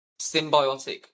symbiotic